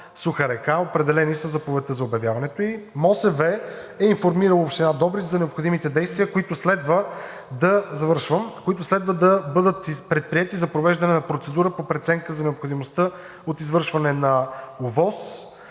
„Суха река“, определени със заповедта за обявяването ѝ. МОСВ е информирало Община Добрич за необходимите действия, които следва да бъдат предприети за провеждане на процедура по преценка за необходимостта от извършване на ОВОС,